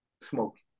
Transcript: smoking